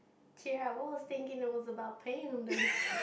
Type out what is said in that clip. I was thinking it was about pandas